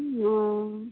हँ